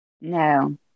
No